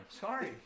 sorry